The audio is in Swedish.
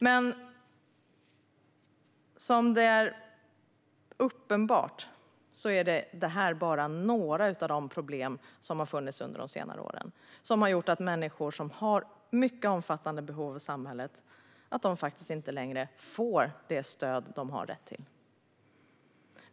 Det är dock uppenbart att detta bara är några av de problem som har funnits under senare år och har gjort att människor som har mycket omfattande behov i samhället inte längre får det stöd de har rätt till.